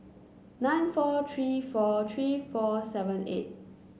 nine four three four three four seven eight